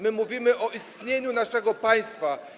My mówimy o istnieniu naszego państwa.